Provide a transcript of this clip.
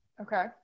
Okay